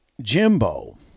Jimbo